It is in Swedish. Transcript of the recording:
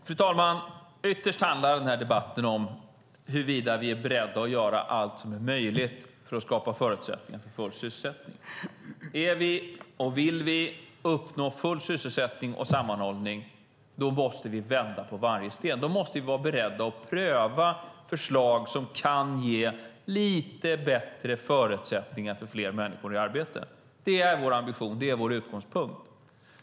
Fru talman! Ytterst handlar den här debatten om huruvida vi är beredda att göra allt som är möjligt för att skapa förutsättningar för full sysselsättning. Vill vi uppnå full sysselsättning och sammanhållning måste vi vända på varje sten. Då måste vi vara beredda att pröva förslag som kan ge lite bättre förutsättningar för att fler människor ska komma i arbete. Det är vår ambition och vår utgångspunkt.